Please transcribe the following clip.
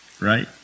Right